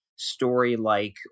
story-like